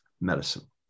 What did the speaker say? medicine